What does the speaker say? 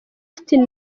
austin